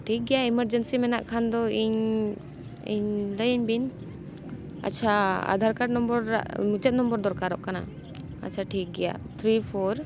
ᱴᱷᱤᱠ ᱜᱮᱭᱟ ᱮᱢᱟᱨᱡᱮᱱᱥᱤ ᱢᱮᱱᱟᱜ ᱠᱷᱟᱱ ᱫᱚ ᱤᱧ ᱤᱧ ᱞᱟᱹᱭᱟᱹᱧ ᱵᱤᱱ ᱟᱪᱷᱟ ᱟᱫᱷᱟᱨ ᱠᱟᱨᱰ ᱱᱚᱢᱵᱚᱨ ᱢᱩᱪᱟᱹᱫ ᱱᱚᱢᱵᱚᱨ ᱫᱚᱨᱠᱟᱨᱚᱜ ᱠᱟᱱᱟ ᱟᱪᱪᱷᱟ ᱴᱷᱤᱠ ᱜᱮᱭᱟ ᱛᱷᱨᱤ ᱯᱷᱳᱨ